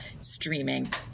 streaming